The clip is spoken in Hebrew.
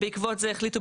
בעקבות זאת,